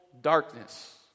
darkness